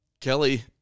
Kelly